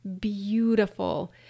beautiful